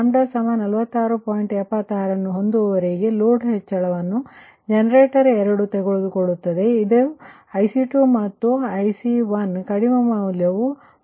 76 ನ್ನು ಹೊಂದುವವರೆಗೆ ಲೋಡ್ ಹೆಚ್ಚಳವನ್ನು ಜನರೇಟರ್ 2 ತೆಗೆದುಕೊಳ್ಳುತ್ತದೆ ಅಂದರೆ ಇದು IC2 ಮತ್ತು ಇದು IC1ಹಾಗೂ ಕಡಿಮೆ ಮೌಲ್ಯವು 39